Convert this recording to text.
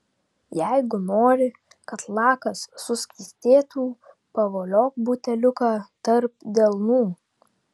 jeigu nori kad lakas suskystėtų pavoliok buteliuką tarp delnų